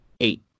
eight